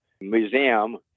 museum